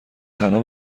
تنها